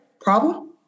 problem